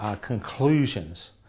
conclusions